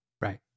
Right